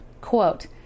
Quote